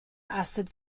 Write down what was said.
acid